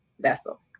vessel